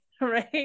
Right